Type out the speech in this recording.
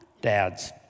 Dads